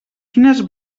quines